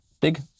big